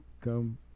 come